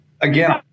Again